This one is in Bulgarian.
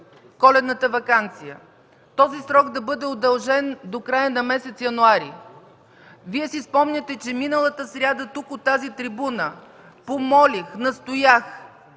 Коледната ваканция този срок да бъде удължен до края на месец януари. Вие си спомняте, че миналата сряда тук, от тази трибуна, помолих, настоях